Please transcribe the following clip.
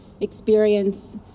experience